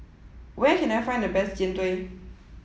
where can I find the best Jian Dui